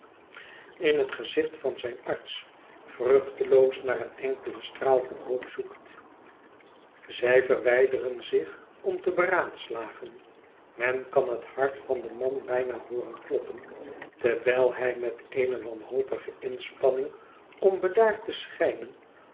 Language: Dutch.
in het gezicht van zijn arts vruehteloos naar een enkelen straal van hoop zoekt zij verwijderen zich om te beraadslagen men kan het hart van den man bijna hooren kloppen terwijl hij met eene wanhopige inspanning om bedaard te schijnen